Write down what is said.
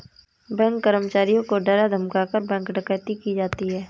bank कर्मचारियों को डरा धमकाकर, बैंक डकैती की जाती है